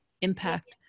impact